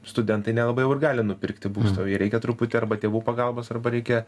studentai nelabai jau ir gali nupirkti būstą reikia truputį arba tėvų pagalbos arba reikia